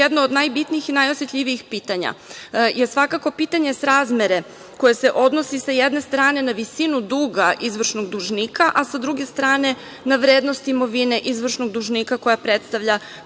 od najbitnijih i najosetljivijih pitanja je svakako pitanje srazmere koje se odnosi, s jedne strane, na visinu duga izvršnog dužnika, a sa druge strane na vrednost imovine izvršnog dužnika koja predstavlja